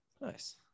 Nice